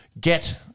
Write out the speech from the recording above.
Get